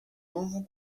novo